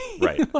Right